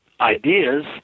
ideas